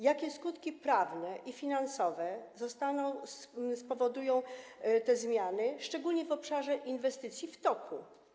Jakie skutki prawne i finansowe spowodują te zmiany, szczególnie w obszarze inwestycji w toku?